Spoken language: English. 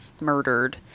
murdered